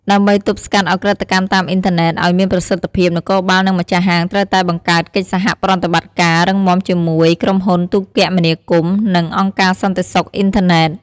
ដើម្បី ទប់ស្កាត់ឧក្រិដ្ឋកម្មតាមអ៊ីនធឺណិត ឱ្យមានប្រសិទ្ធភាព នគរបាល និង ម្ចាស់ហាង ត្រូវតែ បង្កើតកិច្ចសហប្រតិបត្តិការ រឹងមាំជាមួយ ក្រុមហ៊ុនទូរគមនាគមន៍ និង អង្គការសន្តិសុខអ៊ីនធឺណិត។